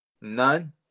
None